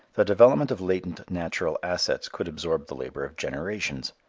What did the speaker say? the development of latent natural assets could absorb the labor of generations.